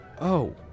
Oh